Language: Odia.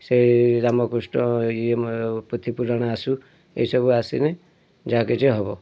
ସେ ରାମ କୃଷ୍ଣ ଏଇ ପୋଥି ପୁରାଣ ଆସୁ ଏହି ସବୁ ଆସିନେ ଯାହା କିଛି ହେବ